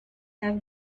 have